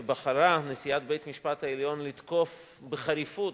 ובחרה נשיאת בית-המשפט העליון לתקוף בחריפות,